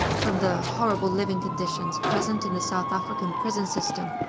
from the horrible living conditions present in the south african prison system,